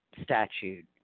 Statute